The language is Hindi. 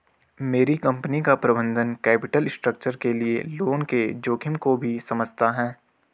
मेरी कंपनी का प्रबंधन कैपिटल स्ट्रक्चर के लिए लोन के जोखिम को भी समझता है